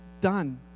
done